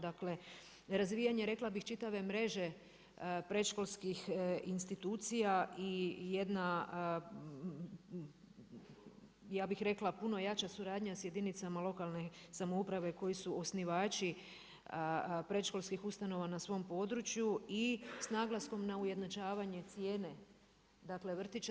Dakle, razvijanje rekla bih čitave mreže predškolskih institucija i jedna ja bih rekla puno jača suradnja sa jedinicama lokalne samouprave koji su osnivači predškolskih ustanova na svom području i s naglaskom na ujednačavanje cijene, dakle vrtića.